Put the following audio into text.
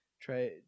try